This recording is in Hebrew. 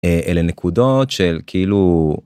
אלה נקודות של כאילו...